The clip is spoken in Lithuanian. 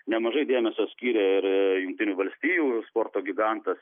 nemažai dėmesio skyrė ir jungtinių valstijų sporto gigantas